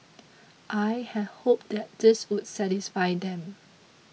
I had hoped that this would satisfy them